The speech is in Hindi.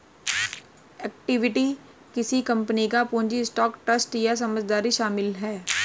इक्विटी किसी कंपनी का पूंजी स्टॉक ट्रस्ट या साझेदारी शामिल है